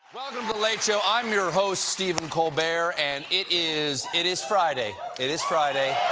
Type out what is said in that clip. welcome to the late show, i'm your host stephen colbert, and it is it is friday. it is friday.